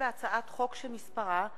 הצעת חוק משפחות